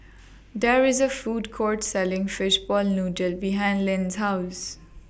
There IS A Food Court Selling Fishball Noodle behind Linn's House